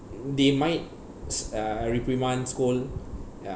they might s~ uh reprimand scold ya